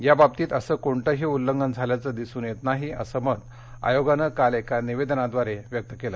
याबाबतीत असं कोणतंही उल्लंघन झाल्याचं दिसून येत नाही असं मत आयोगानं काल एका निवेदनाद्वारे व्यक्त केलं